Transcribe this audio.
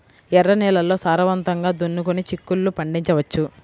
ఎర్ర నేలల్లో సారవంతంగా దున్నుకొని చిక్కుళ్ళు పండించవచ్చు